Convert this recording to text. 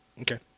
Okay